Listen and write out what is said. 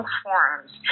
forms